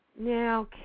Now